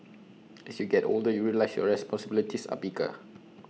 as you get older you realise your responsibilities are bigger